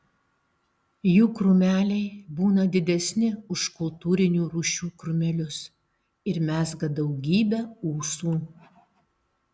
jų krūmeliai būna didesni už kultūrinių rūšių krūmelius ir mezga daugybę ūsų